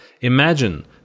Imagine